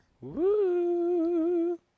Woo